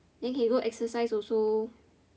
then can go exercise also